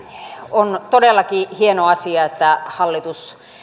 on todellakin hieno asia että hallitus